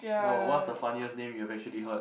no what's the funniest name you have actually heard